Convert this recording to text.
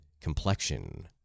complexion